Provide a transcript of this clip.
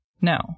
No